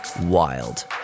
wild